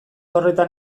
horretan